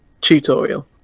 tutorial